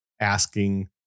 asking